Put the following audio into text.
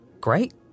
Great